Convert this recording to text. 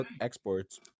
exports